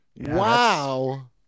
Wow